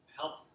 help